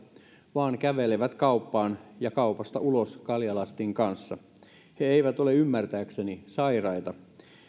vaan kävelevät kauppaan ja kaupasta ulos kaljalastin kanssa he eivät ole ymmärtääkseni sairaita